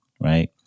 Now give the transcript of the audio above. right